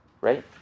Right